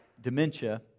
dementia